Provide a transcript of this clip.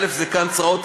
זה קן צרעות.